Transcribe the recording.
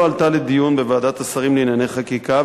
עלתה לדיון בוועדת השרים לענייני חקיקה,